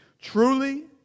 Truly